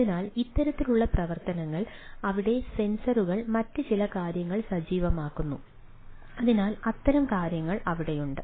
അതിനാൽ ഇത്തരത്തിലുള്ള പ്രവർത്തനങ്ങൾ അവിടെ സെൻസറുകൾ മറ്റ് ചില കാര്യങ്ങൾ സജീവമാക്കുന്നു അതിനാൽ അത്തരം കാര്യങ്ങൾ അവിടെയുണ്ട്